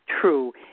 true